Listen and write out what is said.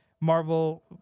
Marvel